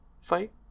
fight